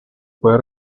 puede